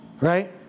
Right